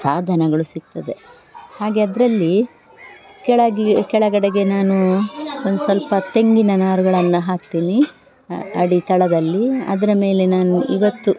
ಸಾಧನಗಳು ಸಿಗ್ತದೆ ಹಾಗೇ ಅದರಲ್ಲಿ ಕೆಳಗೆ ಕೆಳಗಡೆಗೆ ನಾನು ಒಂದು ಸ್ವಲ್ಪ ತೆಂಗಿನ ನಾರುಗಳನ್ನ ಹಾಕ್ತೀನಿ ಅಡಿ ತಳದಲ್ಲಿ ಅದರ ಮೇಲೆ ನಾನು ಇವತ್ತು